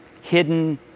hidden